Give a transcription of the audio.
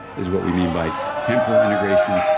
is what we mean by temporal integration,